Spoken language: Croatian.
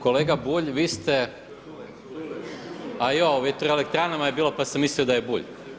Kolega Bulj vi ste, [[Upadica: Culej.]] A joj, o vjetroelektranama je bilo pa sam mislio da je Bulj.